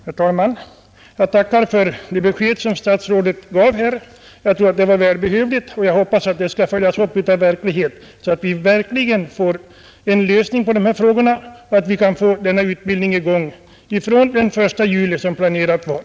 Herr talman! Jag tackar för det besked som statsrådet gav. Jag tror att det var välbehövligt, och jag hoppas att det skall följas upp av verklighet, så att vi får en lösning av dessa frågor och om möjligt får i gång utbildningen från den 1 juli, som planerat var.